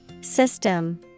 System